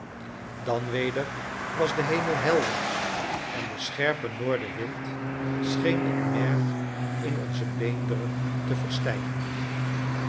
dan weder was de hemel helder en de scherpe noordenwind scheen het merg in onze beenderen te verstijven